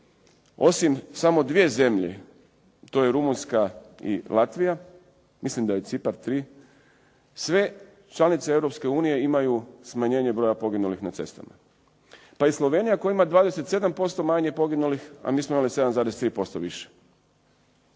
osim samo dvije zemlje to je Rumunjska i Latvija, mislim da je Cipar tri, sve članice Europske unije imaju smanjenje broja poginulih na cestama. Pa i Slovenija koja ima 27% manje poginulih, a mi smo imali 7,3% više.